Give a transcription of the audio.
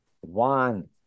one